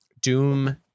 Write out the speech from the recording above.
Doom